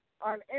on